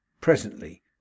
presently